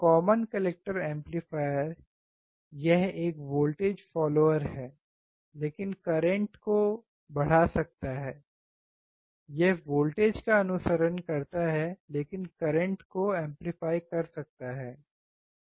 common collector amplifier यह एक voltage follower है लेकिन करंट को बढ़ा सकता है यह वोल्टेज का अनुसरण करता है लेकिन करंट को प्रवर्धित कर सकता है है ना